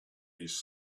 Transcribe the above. his